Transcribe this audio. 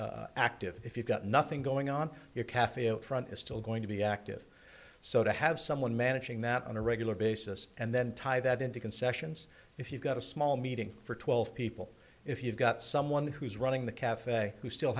be active if you've got nothing going on your cafe out front is still going to be active so to have someone managing that on a regular basis and then tie that into concessions if you've got a small meeting for twelve people if you've got someone who's running the cafe who still